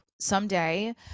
someday